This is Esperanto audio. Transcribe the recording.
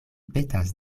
petas